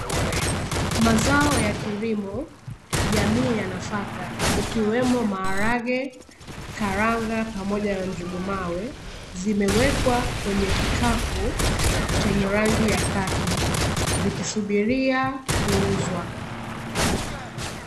Mazao ya kilimo, jamii ya nafaka ikiwemo maharage, karanga pamoja na njugu mawe, zimewekwa kwenye kikapu chenye rangi ya kaki, vikisubiria kuuzwa.